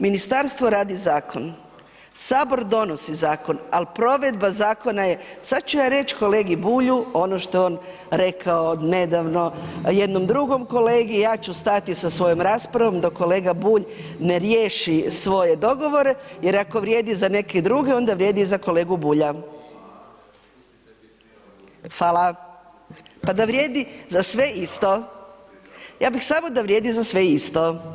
Ministarstvo radi zakon, HS donosi zakon, al provedba zakona je, sad ću ja reći kolegi Bulju ono što je on rekao nedavno jednom drugom kolegi, ja ću stati sa svojom raspravom dok kolega Bulj ne riješi svoje dogovore, jer ako vrijede za neke druge, onda vrijedi i za kolegu Bulja… [[Upadica iz sabornice se ne čuje]] Fala, pa da vrijedi sve isto, ja bih samo da vrijedi za sve isto.